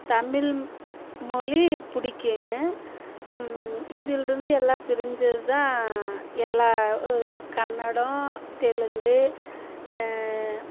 தமிழ் மொழி பிடிக்கிங்க இதுலேருந்து எல்லாம் பிரிஞ்சது தான் எல்லாம் ஒரு கன்னடம் தெலுங்கு